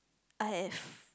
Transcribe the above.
I have